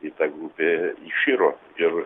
tai ta grupė iširo ir